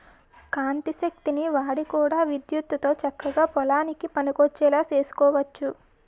కాంతి శక్తిని వాడి కూడా విద్యుత్తుతో చక్కగా పొలానికి పనికొచ్చేలా సేసుకోవచ్చు